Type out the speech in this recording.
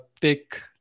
take